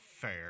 fair